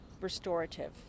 restorative